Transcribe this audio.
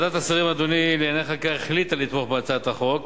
ועדת השרים לענייני חקיקה החליטה לתמוך בהצעת החוק,